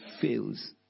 fails